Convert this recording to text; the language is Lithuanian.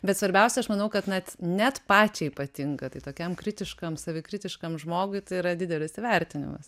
bet svarbiausia aš manau kad net net pačiai patinka tai tokiam kritiškam savikritiškam žmogui tai yra didelis įvertinimas